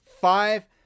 five